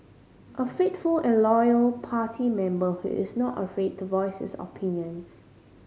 a faithful and loyal party member who is not afraid to voice his opinions